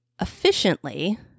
efficiently